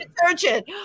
detergent